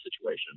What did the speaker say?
situation